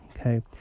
Okay